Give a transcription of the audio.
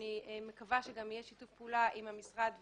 אני מקווה שיהיה שיתוף פעולה עם המשרד ואיתך,